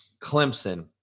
Clemson